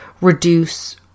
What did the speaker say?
reduce